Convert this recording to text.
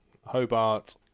Hobart